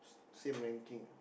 same ranking